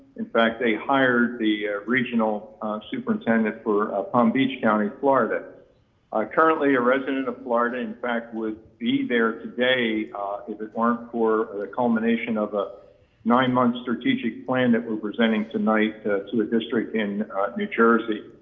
in fact they hired the regional superintendent for palm beach county, florida. i'm currently a resident of florida, in fact would be there today if it weren't for the culmination of a nine-month strategic plan that we're presenting tonight to the district in new jersey.